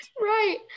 Right